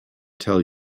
tell